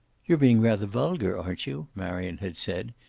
you're being rather vulgar, aren't you? marion had said.